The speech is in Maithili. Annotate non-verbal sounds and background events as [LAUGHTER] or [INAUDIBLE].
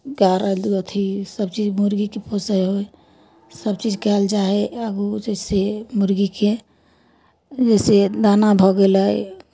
[UNINTELLIGIBLE] अथि सभचीज मुर्गीकेँ पोसै हइसभ चीज कयल जाइ हइ आब जइसे मुर्गीके जइसे दाना भऽ गेलै